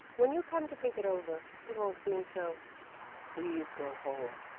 when you come to think it over, it won't seem so please go home,